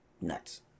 nuts